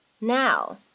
now